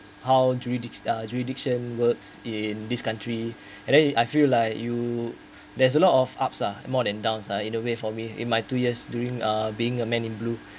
how do you digi~ do you diction works in this country and then I feel like you there's a lot of ups uh more than downs uh in a way for me in my two years during uh being a man in blue